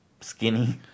skinny